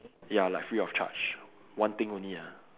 ya like free of charge one thing only ah